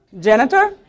Janitor